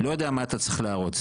לא יודע מה אתה צריך להראות.